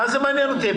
מה זה מעניין אותי?